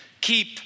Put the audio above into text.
Keep